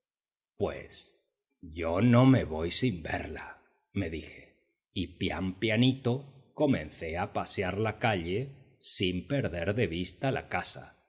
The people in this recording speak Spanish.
pues yo no me voy sin verla me dije y pián pianito comencé a pasear la calle sin perder de vista la casa